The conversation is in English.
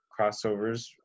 crossovers